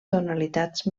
tonalitats